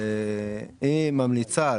היא ממליצה,